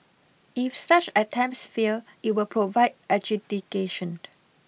if such attempts fail it will provide adjudication